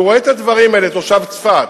כשתושב צפת,